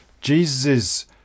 Jesus